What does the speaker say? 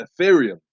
ethereum